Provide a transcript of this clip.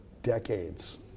decades